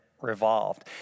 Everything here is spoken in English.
revolved